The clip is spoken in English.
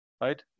right